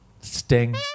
Sting